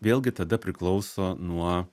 vėlgi tada priklauso nuo